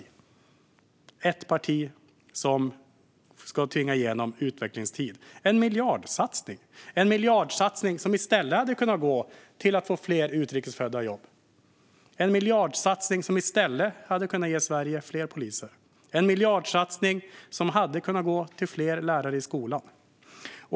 Det är ett parti som ska tvinga igenom utvecklingstid. Det är en miljardsatsning, som i stället hade kunnat gå till att få fler utrikes födda i jobb. Det är en miljardsatsning som i stället hade kunnat ge Sverige fler poliser. Det är en miljardsatsning som hade kunnat gå till fler lärare i skolan.